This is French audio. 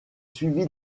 suivi